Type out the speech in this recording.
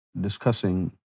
discussing